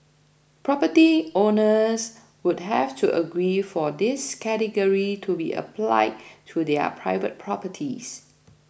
property owners would have to agree for this category to be applied to their private properties